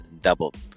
doubled